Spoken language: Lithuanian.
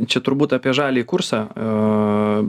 čia turbūt apie žaliajį kursą